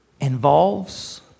involves